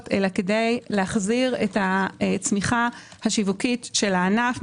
אלא כדי להחזיר את הצמיחה השיווקית של הענף.